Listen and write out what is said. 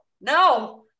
no